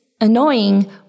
annoying